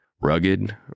Rugged